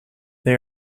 they